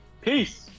peace